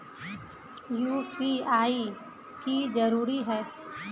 UPI की जरूरी है?